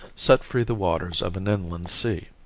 set free the waters of an inland sea.